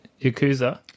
Yakuza